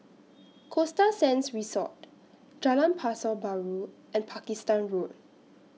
Costa Sands Resort Jalan Pasar Baru and Pakistan Road